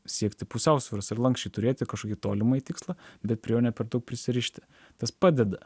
siekti pusiausvyros ir lanksčiai turėti kažkokį tolimąjį tikslą bet prie jo ne per daug prisirišti tas padeda